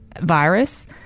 virus